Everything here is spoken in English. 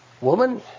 Woman